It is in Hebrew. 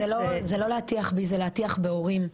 זה לא להטיח בי, זה להטיח בהורים.